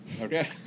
Okay